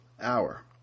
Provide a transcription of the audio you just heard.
hour